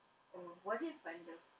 oh was it fun though